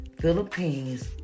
Philippines